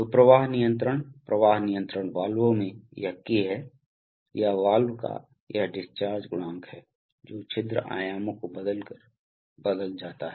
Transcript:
तो प्रवाह नियंत्रण प्रवाह नियंत्रण वाल्वों में यह K है या वाल्व का यह डिस्चार्ज गुणांक है जो छिद्र आयामों को बदलकर बदल जाता है